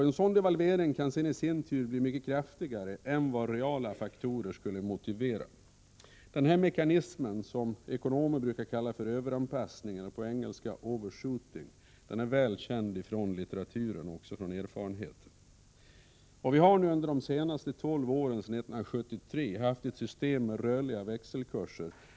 En sådan kan sedan i sin tur bli mycket kraftigare än vad reala faktorer skulle motivera. Den här mekanismen, som ekonomer brukar kalla överanpassning eller på engelska ”overshooting”, är väl känd från litteraturen och också från erfarenheten. Vi har nu under de senaste tolv åren sedan 1973 haft ett system med rörliga växelkurser.